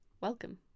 welcome